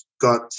got